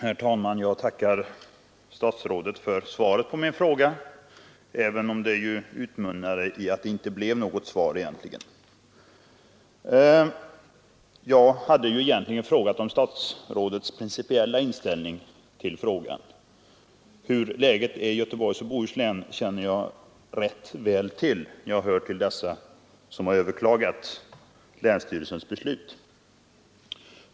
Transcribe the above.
Herr talman! Jag tackar statsrådet för svaret på min fråga, även om det utmynnade i någonting som egentligen inte var något svar. Jag hade egentligen frågat om statsrådets principiella inställning till ordningen med tidtabeller. Hur läget är i Göteborgs och Bohus län känner jag rätt väl till — jag hör till dem som har överklagat länsstyrelsens beslut.